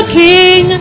king